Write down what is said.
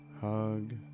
Hug